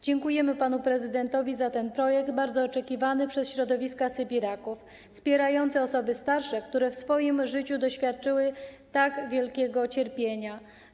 Dziękujemy panu prezydentowi za ten bardzo oczekiwany przez środowiska sybiraków projekt wspierający osoby starsze, które w swoim życiu doświadczyły tak wielkiego cierpienia.